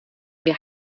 wir